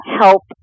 help